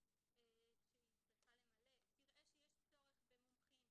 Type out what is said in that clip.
שהיא צריכה למלא תראה שיש צורך במומחים,